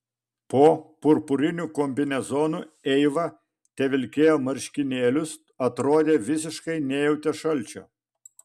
po purpuriniu kombinezonu eiva tevilkėjo marškinėlius atrodė visiškai nejautė šalčio